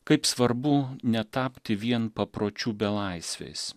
kaip svarbu netapti vien papročių belaisviais